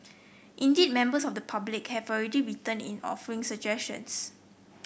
indeed members of the public have already written in offering suggestions